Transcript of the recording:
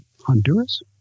Honduras